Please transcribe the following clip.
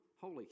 holy